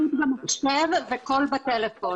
עתיד ירוק למדינת ישראל.